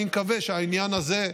אני מקווה שהעניין הזה,